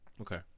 okay